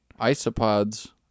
isopods